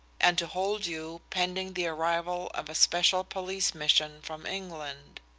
and to hold you, pending the arrival of a special police mission from england.